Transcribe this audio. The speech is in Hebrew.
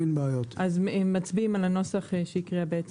אז מצביעים על הנוסח שהקריאה.